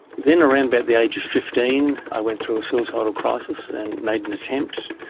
then around about the age of fifteen i went through a suicidal crisis and made an attempt,